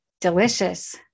delicious